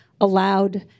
allowed